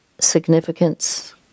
significance